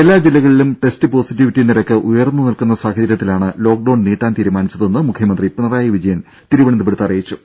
എല്ലാ ജില്ലകളിലും test positivity നിരക്ക് ഉയർന്ന് നിൽക്കുന്ന സാഹചര്യത്തിലാണ് ലോക്ക്ഡൌൺ നീട്ടാൻ തീരുമാനിച്ചതെന്ന് മുഖ്യമന്ത്രി പിണറായി വിജയൻ അറിയിച്ചു